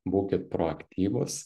būkit proaktyvūs